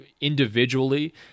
individually